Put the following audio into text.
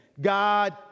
God